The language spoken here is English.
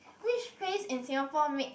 which phrase in Singapore make